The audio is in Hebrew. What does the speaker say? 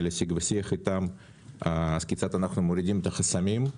היה לי שיג ושיח איתם כיצד אנו מורידים את החסמים.